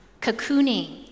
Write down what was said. Cocooning